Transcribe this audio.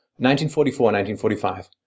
1944-1945